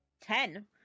Ten